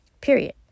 Period